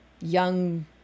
young